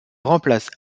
remplace